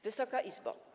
Wysoka Izbo!